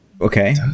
Okay